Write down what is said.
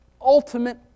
ultimate